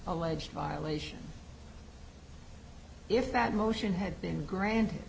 alleged violation if that motion had been granted